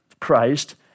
Christ